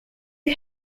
you